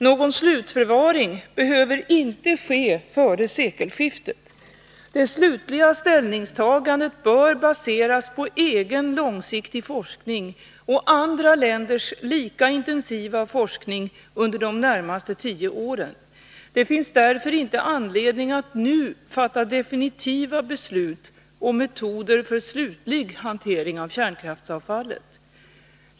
Någon slutförvaring behöver inte ske före sekelskiftet. Det slutliga ställningstagandet bör baseras på egen långsiktig forskning och andra länders lika intensiva forskning under de närmaste tio åren. Det finns därför inte anledning att nu fatta definitiva beslut om metoder för slutlig hantering av kärnkraftsavfallet.